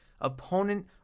Opponent